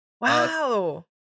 Wow